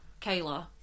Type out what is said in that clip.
Kayla